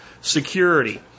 Security